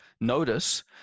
notice